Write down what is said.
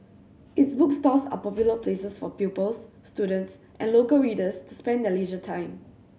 its bookstores are popular places for pupils students and local readers to spend their leisure time